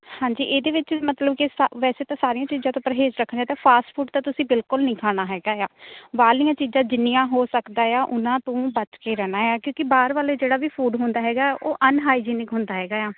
ਹਾਂਜੀ ਇਹਦੇ ਵਿੱਚ ਮਤਲਬ ਕਿ ਸਾ ਵੈਸੇ ਤਾਂ ਸਾਰੀਆਂ ਚੀਜ਼ਾਂ ਤੋਂ ਪਰਹੇਜ਼ ਰੱਖਣਾ ਅਤੇ ਫਾਸਟ ਫੂਡ ਤਾਂ ਤੁਸੀਂ ਬਿਲਕੁਲ ਨਹੀਂ ਖਾਣਾ ਹੈਗਾ ਆ ਬਾਹਰਲੀਆਂ ਚੀਜ਼ਾਂ ਜਿੰਨੀਆਂ ਹੋ ਸਕਦਾ ਆ ਉਹਨਾਂ ਤੋਂ ਬਚ ਕੇ ਰਹਿਣਾ ਆ ਕਿਉਂਕਿ ਬਾਹਰ ਵਾਲੇ ਜਿਹੜਾ ਵੀ ਫੂਡ ਹੁੰਦਾ ਹੈਗਾ ਉਹ ਅਨਹਾਈਜੀਨਿਕ ਹੁੰਦਾ ਹੈਗਾ ਆ